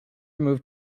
moved